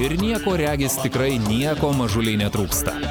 ir nieko regis tikrai nieko mažulei netrūksta